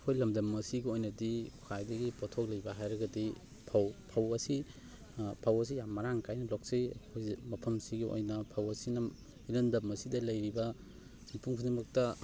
ꯑꯩꯈꯣꯏ ꯂꯝꯗꯝ ꯑꯁꯤꯒꯤ ꯑꯣꯏꯅꯗꯤ ꯈ꯭ꯋꯥꯏꯗꯒꯤ ꯄꯣꯊꯣꯛ ꯂꯩꯕ ꯍꯥꯏꯔꯒꯗꯤ ꯐꯧ ꯐꯧ ꯑꯁꯤ ꯐꯧ ꯑꯁꯤ ꯌꯥꯝ ꯃꯔꯥꯡ ꯀꯥꯏꯅ ꯂꯣꯛꯆꯩ ꯑꯩꯈꯣꯏ ꯃꯐꯝꯁꯤꯒꯤ ꯑꯣꯏꯅ ꯐꯧ ꯑꯁꯤꯅ ꯏꯔꯝꯗꯝ ꯑꯁꯤꯗ ꯂꯩꯔꯤꯕ ꯃꯤꯄꯨꯝ ꯈꯨꯗꯤꯡꯃꯛꯇ